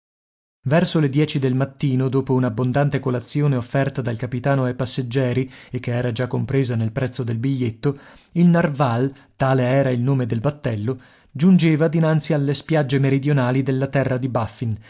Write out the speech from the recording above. verso le dieci del mattino dopo un'abbondante colazione offerta dal capitano ai passeggeri e che era già compresa nel prezzo del biglietto il narval tale era il nome del battello giungeva dinanzi alle spiagge meridionali della terra di baffin